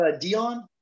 Dion